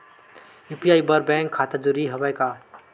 UPI बर bank खाता जरूरी हवय का?